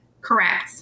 Correct